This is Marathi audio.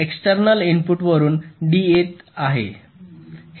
एक्सटेर्नल इनपुट वरुन D येथे येत आहे